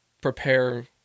prepare